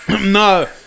No